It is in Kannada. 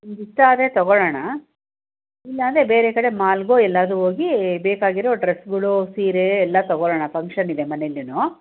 ನಮಗಿಷ್ಟ ಆದರೆ ತಗೊಳ್ಳೋಣ ಇಲ್ಲಾಂದರೆ ಬೇರೆ ಕಡೆ ಮಾಲ್ಗೋ ಎಲ್ಲಾದರೂ ಹೋಗಿ ಬೇಕಾಗಿರೋ ಡ್ರೆಸ್ಗಳು ಸೀರೆ ಎಲ್ಲ ತಗೊಳ್ಳೋಣ ಫಂಕ್ಷನ್ ಇದೆ ಮನೆಲ್ಲೂ